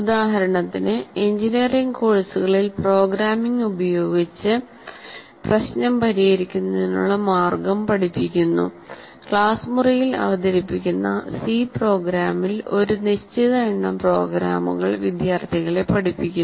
ഉദാഹരണത്തിന് എഞ്ചിനീയറിംഗ് കോഴ്സുകളിൽ പ്രോഗ്രാമിംഗ് ഉപയോഗിച്ച് പ്രശ്നം പരിഹരിക്കുന്നതിനുള്ള മാർഗ്ഗം പഠിപ്പിക്കുന്നു ക്ലാസ് മുറിയിൽ അവതരിപ്പിക്കുന്ന സി പ്രോഗ്രാമിൽ ഒരു നിശ്ചിത എണ്ണം പ്രോഗ്രാമുകൾ വിദ്യാർത്ഥികളെ പഠിപ്പിക്കുന്നു